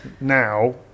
now